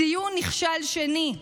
ציון נכשל שני.